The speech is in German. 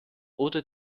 oder